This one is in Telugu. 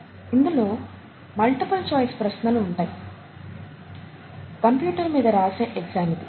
ఇందులో మల్టిపుల్ ఛాయిస్ ప్రశ్నలు ఉంటాయి కంప్యూటర్ మీద రాసే ఎగ్జామ్ ఇది